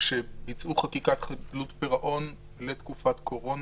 שביצעו חקיקת חדלות פירעון לתקופת הקורונה,